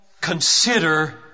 consider